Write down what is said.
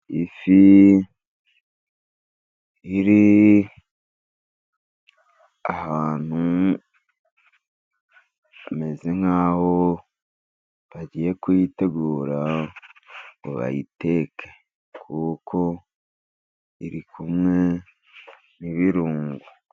Iy'ifi iri ahantu hameze nk'aho bagiye kuyitegura ngo bayiteke, kuko iri kumwe n'ibirungo.